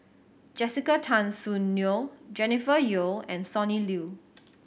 Jessica Tan Soon Neo Jennifer Yeo and Sonny Liew